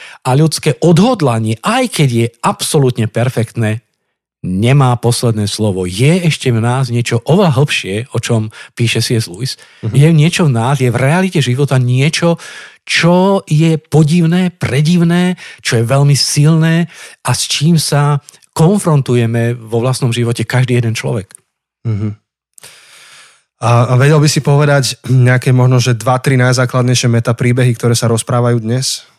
a ľudské odhodlanie, aj keď je absolútne perfektné, nemá posledné slovo. Je ešte v nás niečo oveľa hlbšie, o čom píše C.S. Lewis. Mhm. Je niečo v nás, je v realite života niečo, čo je podivné, predivné, čo je veľmi silné a s čím sa konfrontujeme vo vlastnom živote každý jeden človek. Mhm. A- a vedel by si povedať nejaké možno, že 2-3 najzákladnejšie metapríbehy, ktoré sa rozprávajú dnes?